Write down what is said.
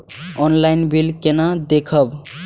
Online bill केना देखब?